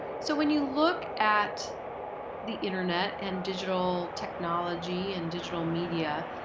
so when you look at the internet and digital technology and digital media,